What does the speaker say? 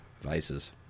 vices